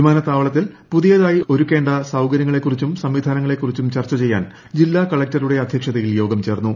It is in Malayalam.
വിമാനത്താവളത്തിൽ പുതിയതായി ഒരുക്കേണ്ട സ്യക്ടര്യങ്ങളെക്കുറിച്ചും സംവിധാനങ്ങളെക്കുറിച്ചു്ടിച്ചുർച്ച ചെയ്യാൻ ജില്ലാ കളക്ടറുടെ അധ്യക്ഷതയിൽ യോഗം ച്ചേർന്നു